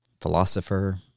Philosopher